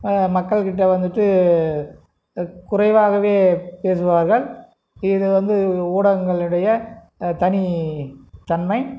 மக்கள்கிட்ட வந்துவிட்டு குறைவாக பேசுவார்கள் இது வந்து ஊடகங்கள் இடையே தனி தன்மை